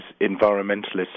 environmentalists